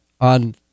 on